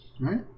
right